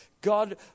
God